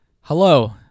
Hello